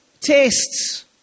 tests